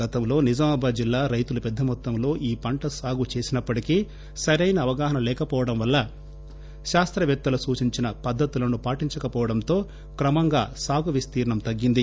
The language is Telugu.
గతంలో నిజామాబాద్ జిల్లా రైతులు పెద్ద మొత్తంలో ఈ పంట సాగు చేసినప్పటికీ సరైన అవగాహన లేకవోవడం శాస్తవేత్తలు సూచించిన పద్దతులను పాటించకపోవడంతో క్రమంగా సాగు విస్తీర్ణం తగ్గింది